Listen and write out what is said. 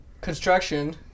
construction